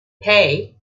hey